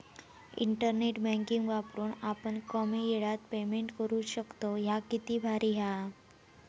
internet banking वापरून आपण कमी येळात पेमेंट करू शकतव, ह्या किती भारी हां